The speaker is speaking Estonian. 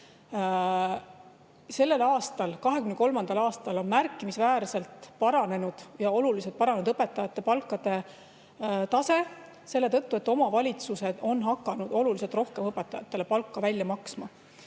Sellel aastal, 2023. aastal, on märkimisväärselt paranenud õpetajate palkade tase selle tõttu, et omavalitsused on hakanud oluliselt rohkem õpetajatele palka välja maksma.